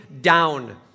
down